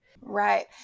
Right